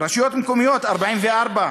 רשויות מקומיות, 44,